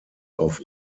auf